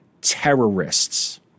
terrorists